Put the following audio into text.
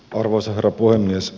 arvoisa herra puhemies